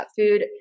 food